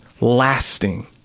lasting